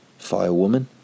firewoman